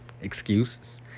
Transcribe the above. Excuses